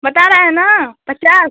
बता रहा है ना पचास